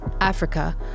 Africa